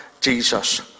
Jesus